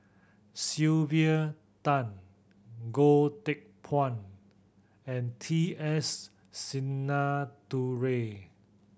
Sylvia Tan Goh Teck Phuan and T S Sinnathuray